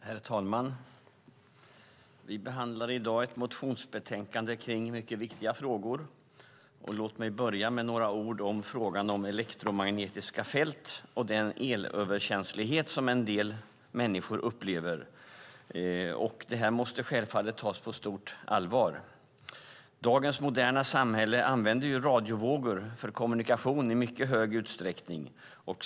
Herr talman! Vi behandlar i dag ett motionsbetänkande kring mycket viktiga frågor. Jag ska börja med några ord om frågan om elektromagnetiska fält och den elöverkänslighet som en del människor upplever. Detta måste självfallet tas på stort allvar. Dagens moderna samhälle använder radiovågor för kommunikation i mycket hög utsträckning.